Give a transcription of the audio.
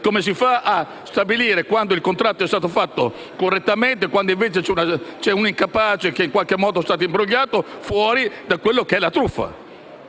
come si farà a stabilire quando il contratto è stato stipulato correttamente e quando invece c'è un incapace, che in qualche modo è stato imbrogliato, fuori dalla fattispecie della truffa.